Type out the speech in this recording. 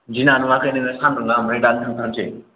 दिना नुवाखै नोङो सानदुंआ ओमफाय दानो थांखानोसै